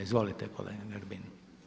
Izvolite kolega Grbin.